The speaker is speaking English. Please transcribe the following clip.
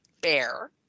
Bear